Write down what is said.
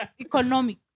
Economic